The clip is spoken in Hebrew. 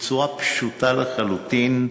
בצורה פשוטה לחלוטין: